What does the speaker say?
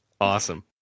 Awesome